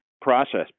process